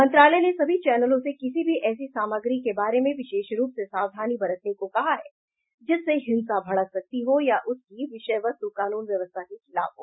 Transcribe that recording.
मंत्रालय ने सभी चैनलों से किसी भी ऐसी सामग्री के बारे में विशेष रूप से सावधानी बरतने को कहा है जिससे हिंसा भड़क सकती हो या उसकी विषय वस्तु कानून व्यवस्था के खिलाफ हो